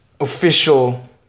official